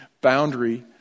boundary